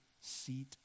seat